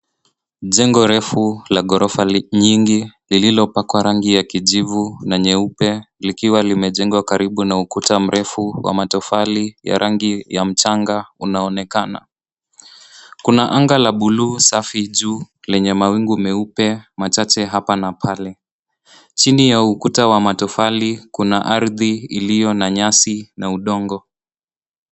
Jengo refu la ghorofa nyingi lililopakwa rangi ya kijivu na nyeupe, likiwa limejengwa karibu na ukuta mrefu wa matofali ya rangi ya mchanga unaonekana. Kuna anga la buluu safi juu lenye mawingu meupe machache hapa na pale. Chini ya ukuta wa matofali, kuna ardhi iliyo na nyasi na udongo.